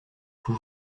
vous